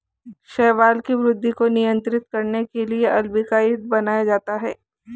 शैवाल की वृद्धि को नियंत्रित करने के लिए अल्बिकाइड बनाया जाता है